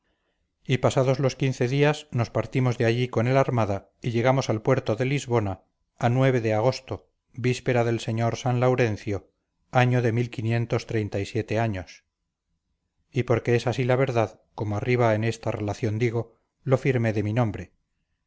y pasados los quince días nos partimos de allí con el armada y llegamos al puerto de lisbona a de agosto víspera del señor san laurencio año de años y porque es así la verdad como arriba en esta relación digo lo firmé de mi nombre